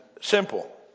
simple